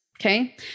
okay